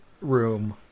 room